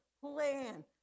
plan